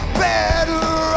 better